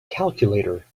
calculator